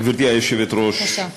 גברתי היושבת-ראש,